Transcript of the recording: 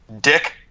Dick